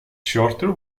shorter